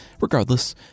Regardless